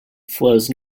flows